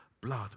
blood